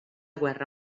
guerra